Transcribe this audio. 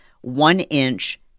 one-inch